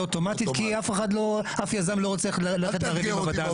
אוטומטית כי אף יזם לא רוצה ללכת לריב עם הוועדה המקומית.